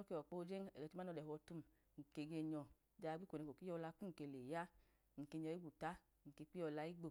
oke wọkpa ojen, oche duma no lẹhọ tum, n ke ge nyọ jaa gbeko neko kitiyọla mkum leya, nke nyọyi gwata, nke kwiyọla igbo.